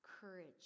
courage